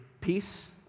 peace